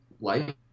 life